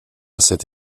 cette